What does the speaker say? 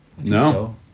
No